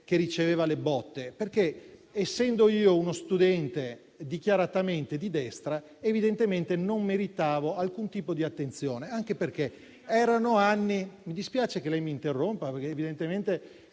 che riceveva le botte. Essendo io uno studente dichiaratamente di destra, evidentemente non meritavo alcun tipo di attenzione, anche perché erano anni.... *(Commenti).* Mi dispiace che lei mi interrompa, collega, perché evidentemente